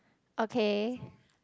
okay